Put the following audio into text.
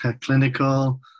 Clinical